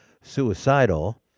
suicidal